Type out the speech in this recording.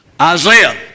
Isaiah